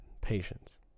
Patience